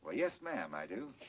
ah yes, ma'am, i do.